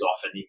often